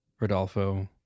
Rodolfo